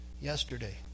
yesterday